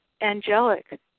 angelic